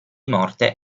morte